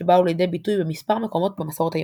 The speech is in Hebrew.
שבאו לידי ביטוי במספר מקומות במסורת היהודית.